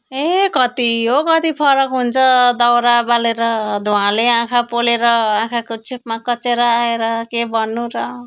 ए कति हो कति फरक हुन्छ दाउरा बालेर धुँवाले आँखा पोलेर आँखाको चेपमा कचेरा आएर के भन्नु र